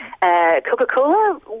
Coca-Cola